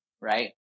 right